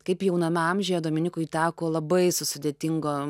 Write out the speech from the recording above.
kaip jauname amžiuje dominykui teko labai su sudėtingom